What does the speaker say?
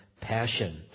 passion